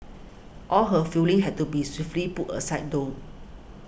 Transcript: all her feelings had to be swiftly put aside though